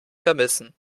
vermissen